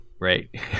Right